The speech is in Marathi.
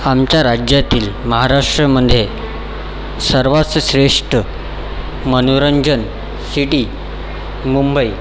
आमच्या राज्यातील महाराष्ट्रमध्ये सर्वांत श्रेष्ठ मनोरंजन सिटी मुंबई